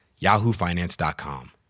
yahoofinance.com